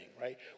right